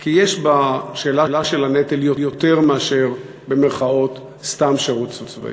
כי יש בשאלה של הנטל יותר מאשר "סתם" שירות צבאי.